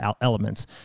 elements